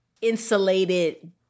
insulated